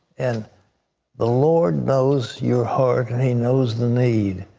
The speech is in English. and the lord knows your heart. he knows the need.